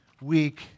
week